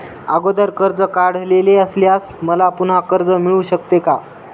अगोदर कर्ज काढलेले असल्यास मला पुन्हा कर्ज मिळू शकते का?